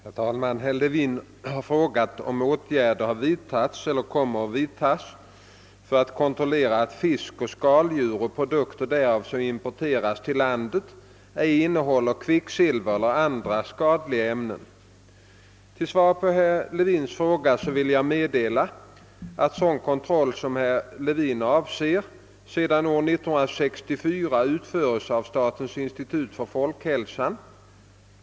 Herr talman! Herr Levin har frågat om åtgärder har vidtagits eller kommer att vidtas för att kontrollera att fisk och skaldjur och produkter därav som importeras till landet ej innehåller kvicksilver eller andra skadliga ämnen. Till svar på herr Levins fråga vill jag meddela, att sådan kontroll som herr Levin avser sedan år 1964 utförs av statens institut för folkhälsan.